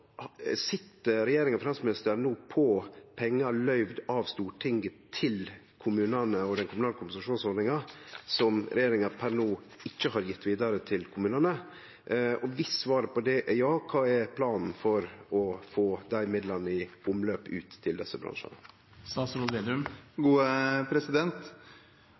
regjeringa og finansministeren no sit på pengar som er løyvde av Stortinget til kommunane og den kommunale kompensasjonsordninga, som regjeringa per no ikkje har gjeve vidare til kommunane? Viss svaret på det er ja: Kva er planen for å få dei midlane i omløp og ut til desse